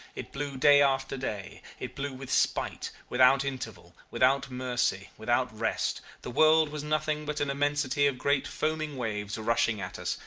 it blew day after day it blew with spite, without interval, without mercy, without rest. the world was nothing but an immensity of great foaming waves rushing at us,